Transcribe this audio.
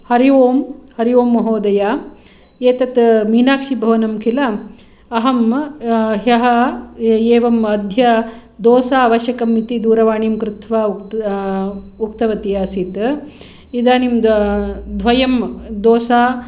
हरि ओम् हरि ओम् महोदया एतत् मीनाक्षी भवनं खिल अहम् ह्यः एवं अध्य दोसा आवश्यकम् इति दूरवाणीं कृत्वा उक्तवती आसीत् इदानीं द्वयं दोसा